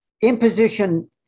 imposition